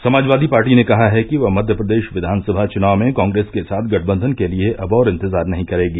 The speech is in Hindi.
समाजवादी पार्टी ने कहा है कि वह मध्यप्रदेश विधानसभा चुनाव में कांग्रेस के साथ गठबंधन के लिए अब और इंतजार नहीं करेगी